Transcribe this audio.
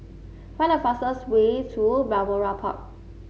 find the fastest way to Balmoral Park